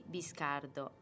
Biscardo